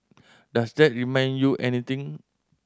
does that remind you anything